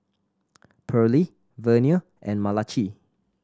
Pearley Vernia and Malachi